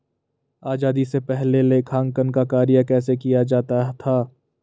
आजादी से पहले लेखांकन का कार्य कैसे किया जाता था?